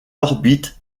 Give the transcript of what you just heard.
orbites